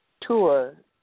tour